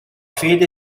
fede